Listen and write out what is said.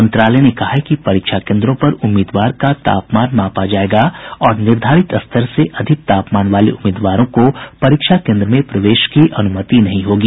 मंत्रालय ने कहा है कि परीक्षा केन्द्रों पर उम्मीदवार का तापमान मापा जायेगा और निर्धारित स्तर से अधिक तापमान वाले उम्मीदवारों को परीक्षा कोन्द्र में प्रवेश की अनुमति नहीं होगी